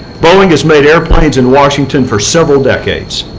boeing has made airplanes in washington for several decades.